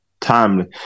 timely